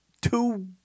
two –